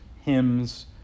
hymns